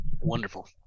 Wonderful